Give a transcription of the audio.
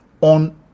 on